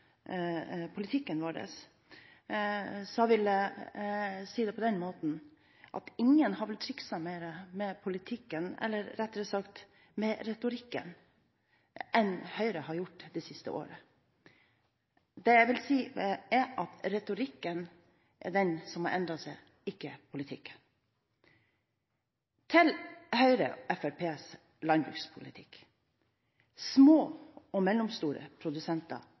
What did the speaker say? politikken vår på, vil jeg si det på den måten at ingen vel har trikset mer med politikken – eller rettere sagt: med retorikken – enn Høyre har gjort de siste årene. Det jeg vil si, er at det er retorikken som har endret seg, ikke politikken. Til Høyres og Fremskrittspartiets landbrukspolitikk: Små og mellomstore